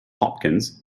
hopkins